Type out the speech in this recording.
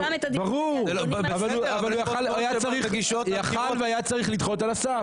ברור, אבל הוא יכול היה והיה צריך לדחות על הסף.